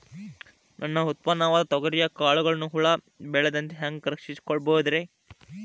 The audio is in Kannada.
ನನ್ನ ಉತ್ಪನ್ನವಾದ ತೊಗರಿಯ ಕಾಳುಗಳನ್ನ ಹುಳ ಬೇಳದಂತೆ ಹ್ಯಾಂಗ ರಕ್ಷಿಸಿಕೊಳ್ಳಬಹುದರೇ?